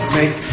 make